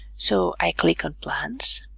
so i click on plans,